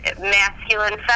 masculine